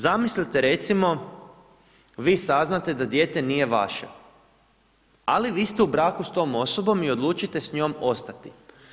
Zamislite, recimo, vi saznate da dijete nije vaše, ali vi ste u braku s tom osobom i odlučite s njom ostati.